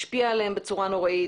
משפיעה עליהם בצורה נוראית.